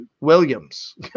Williams